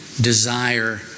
desire